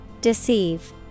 Deceive